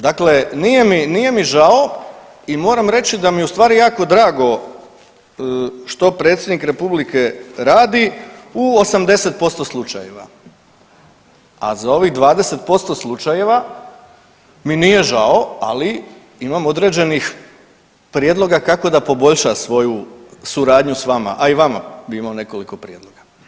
Dakle nije mi žao i moram reći da mi je ustvari jako drago što predsjednik republike radi u 80% slučajeva, a za ovih 20% slučajeva mi nije žao, ali imam određenih prijedloga kako da poboljša svoju suradnju s vama, a i vama bih imao nekoliko prijedloga.